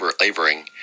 laboring